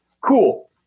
cool